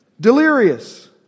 Delirious